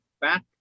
back